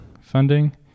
funding